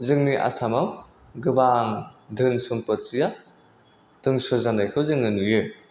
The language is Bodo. जोंनि आसामाव गोबां धोन सम्फथिया दंस' जानायखौ जोङो नुयो